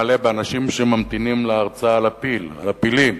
מלא באנשים שממתינים להרצאה על הפילים.